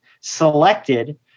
selected